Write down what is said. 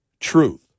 Truth